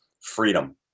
freedom